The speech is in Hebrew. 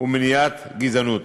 ומניעת גזענות.